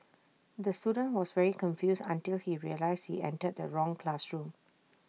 the student was very confused until he realised he entered the wrong classroom